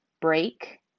break